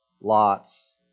Lot's